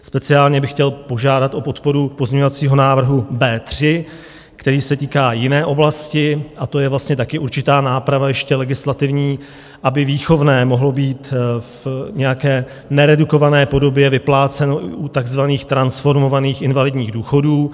Speciálně bych chtěl požádat o podporu pozměňovacího návrhu B3, který se týká jiné oblasti, a to je vlastně také určitá náprava legislativní, aby výchovné mohlo být v nějaké neredukované podobě vypláceno i u takzvaných transformovaných invalidních důchodů.